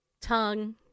tongue